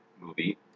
movie